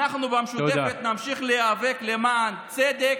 אנחנו במשותפת נמשיך להיאבק למען צדק,